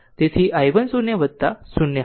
તેથી i 1 0 0 હતો